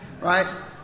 right